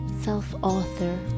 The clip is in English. self-author